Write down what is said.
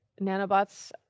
nanobots